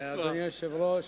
אדוני היושב-ראש,